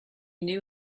knew